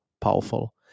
powerful